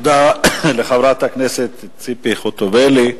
תודה לחברת הכנסת ציפי חוטובלי.